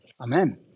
amen